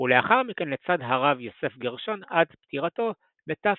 ולאחר מכן לצד הרב יוסף גרשון עד פטירתו בתרצ"ח.